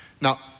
Now